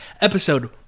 Episode